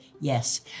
yes